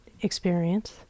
experience